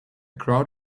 crowd